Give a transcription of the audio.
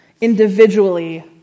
individually